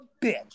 bitch